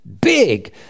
big